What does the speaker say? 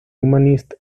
humanist